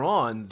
on